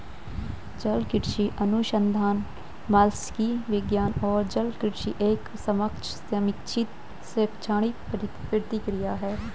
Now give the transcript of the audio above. जलकृषि अनुसंधान मात्स्यिकी विज्ञान और जलकृषि पर एक समकक्ष समीक्षित शैक्षणिक पत्रिका है